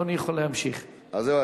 ובעיקר,